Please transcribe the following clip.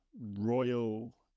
royal